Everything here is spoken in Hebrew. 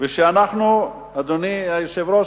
אדוני היושב-ראש,